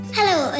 Hello